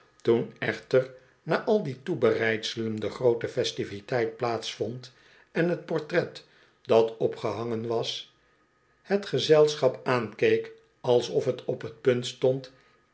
toen echter na al die toebereidselen de groote festiviteit plaats vond en t portret dat opgehangen was het gezelschap aankeek alsof t op t punt stond